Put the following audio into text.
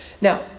Now